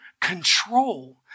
control